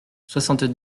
soixante